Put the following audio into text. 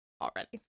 already